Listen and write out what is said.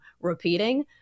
repeating